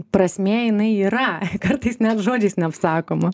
prasmė jinai yra kartais net žodžiais neapsakoma